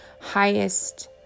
highest